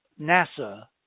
NASA